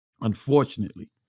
Unfortunately